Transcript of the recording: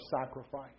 sacrifice